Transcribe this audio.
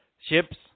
Ships